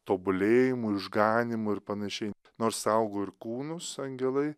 tobulėjimu išganymu ir panaši nors saugo ir kūnus angelai